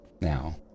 now